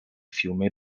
fiume